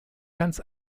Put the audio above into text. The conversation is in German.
ganz